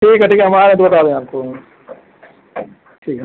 ठीक है ठीक है हम आ रहे हैं तो बता देंगे आपको ठीक है